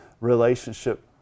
relationship